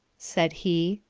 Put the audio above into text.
said he.